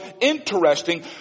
interesting